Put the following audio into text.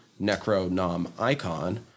Necronomicon